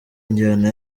injyana